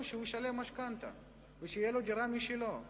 שהוא ישלם משכנתה ושתהיה לו דירה משלו.